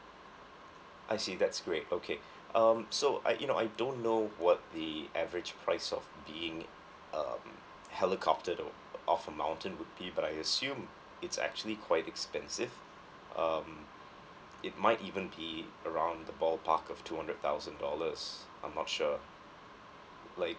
I see that's great okay um so I you know I don't know what the average price of being um helicoptered off a mountain would be but I assume it's actually quite expensive um it might even be around the ball park of two hundred thousand dollars I'm not sure like